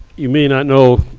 you may not know,